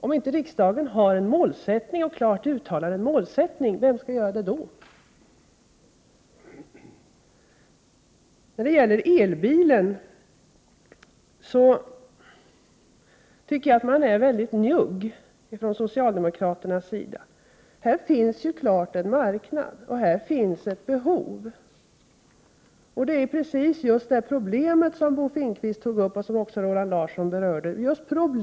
Om inte riksdagen klart uttalar en målsättning, vem skall göra det då? När det gäller elbilen tycker jag att man är väldigt njugg från socialdemokraternas sida. Här finns klart en marknad, här finns det behov. Problemet är, precis som Bo Finnqvist och Roland Larsson berörde, att man inte har Prot.